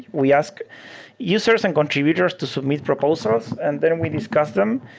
we ask users and contributors to submit proposals and then we discuss them,